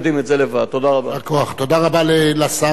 תודה רבה לשר אהרונוביץ.